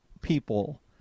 people